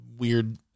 weird